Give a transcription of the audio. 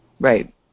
Right